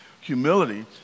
Humility